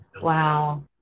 Wow